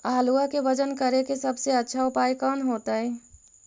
आलुआ के वजन करेके सबसे अच्छा उपाय कौन होतई?